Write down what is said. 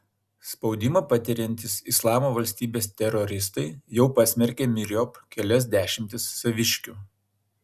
spaudimą patiriantys islamo valstybės teroristai jau pasmerkė myriop kelias dešimtis saviškių